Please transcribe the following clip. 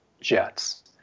jets